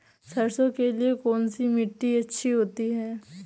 सरसो के लिए कौन सी मिट्टी अच्छी होती है?